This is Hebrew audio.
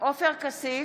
עופר כסיף,